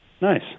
Nice